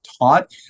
taught